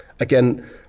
Again